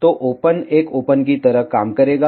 तो ओपन एक ओपन की तरह काम करेगा